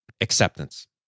Acceptance